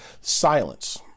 silence